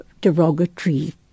derogatory